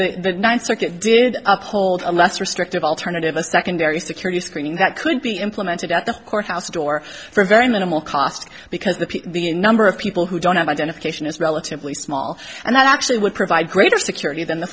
is the ninth circuit did uphold a less restrictive alternative a secondary security screening that could be implemented at the courthouse door for very minimal cost because the number of people who don't have identification is relatively small and that actually would provide greater security than the